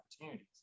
opportunities